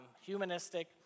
humanistic